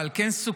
ועל כן סוכם